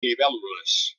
libèl·lules